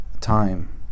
time